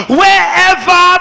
wherever